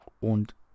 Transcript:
Und